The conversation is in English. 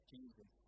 Jesus